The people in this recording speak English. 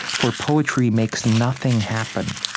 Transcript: for poetry makes nothing happen.